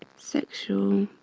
sexual